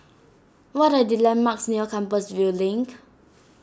what are the landmarks near Compassvale Link